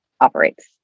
operates